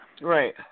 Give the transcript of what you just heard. Right